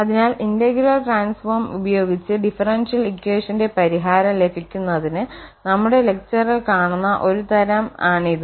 അതിനാൽ integral transform ഉപയോഗിച്ച് differential ഇക്വഷന്റെ പരിഹാരം ലഭിക്കുന്നതിന് നമ്മുടെ ലെക്ചറിൽ കാണുന്ന ഒരു തരം ടെക്നിക് ആണിത്